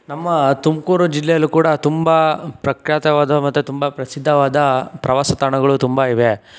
ನಮ್ಮ ತುಮಕೂರು ಜಿಲ್ಲೆಯಲ್ಲೂ ಕೂಡ ತುಂಬ ಪ್ರಖ್ಯಾತವಾದ ಮತ್ತು ತುಂಬ ಪ್ರಸಿದ್ಧವಾದ ಪ್ರವಾಸ ತಾಣಗಳು ತುಂಬ ಇವೆ